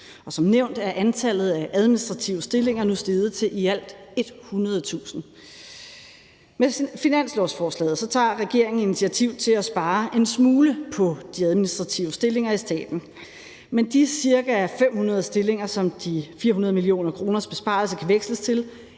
Som nævnt er antallet af administrative stillinger nu steget til i alt 100.000. Med finanslovsforslaget tager regeringen initiativ til at spare en smule på de administrative stillinger i staten, men de ca. 500 stillinger, som de 400 mio. kr. i besparelser kan veksles til,